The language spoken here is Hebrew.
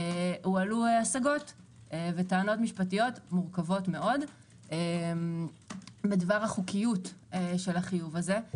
הועלו השגות וטענות משפטיות מורכבות מאוד בדבר החוקיות של החיוב הזה.